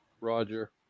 Roger